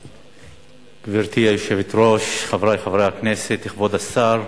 גברתי היושבת-ראש, חברי חברי הכנסת, כבוד השר,